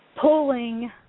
pulling